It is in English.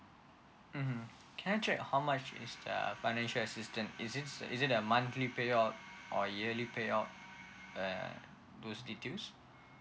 mmhmm can I check how much is the financial assistance is this is it a monthly payout or yearly payout and those details